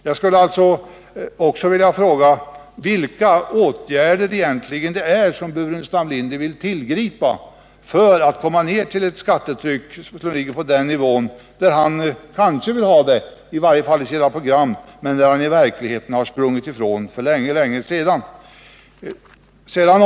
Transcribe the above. Jag skulle vilja fråga vilka åtgärder det egentligen är som herr Burenstam Linder vill tillgripa för att komma ned till ett skattetryck som ligger på den nivå där han kanske vill ha det i sina program men där han i verkligheten sprungit ifrån det hela för länge sedan.